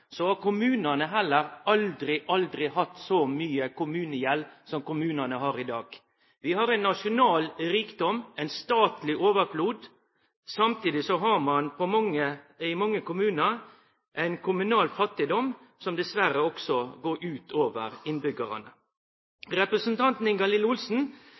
så mykje pengar på bok som vi har i dag, har kommunane heller aldri, aldri hatt så mykje kommunegjeld som dei har i dag. Vi har ein nasjonal rikdom, ei statleg overflod. Samtidig har ein i mange kommunar ein kommunal fattigdom som dessverre også går ut over innbyggjarane. Representanten Ingalill Olsen